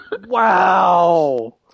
wow